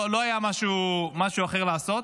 לא היה משהו אחר לעשות.